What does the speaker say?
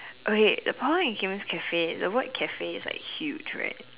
okay the problem in Kim's Cafe is the word Cafe is like huge right